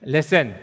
Listen